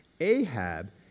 ahab